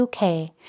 UK